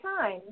time